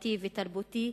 דתי ותרבותי,